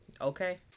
Okay